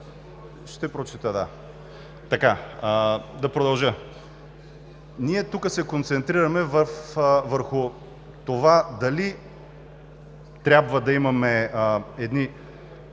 Ще прочета – да. Да продължа. Ние тук се концентрираме върху това дали трябва да имаме едни